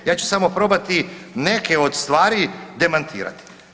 Ja ću samo probati neke od stvari demantirati.